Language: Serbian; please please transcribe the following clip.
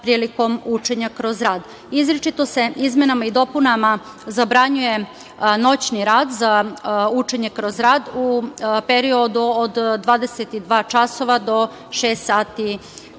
učenja kroz rad. Izričito se izmenama i dopunama zabranjuje noćni rad za učenje kroz rad u periodu od 22 časova